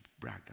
brag